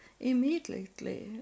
immediately